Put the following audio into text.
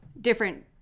different